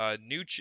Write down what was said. New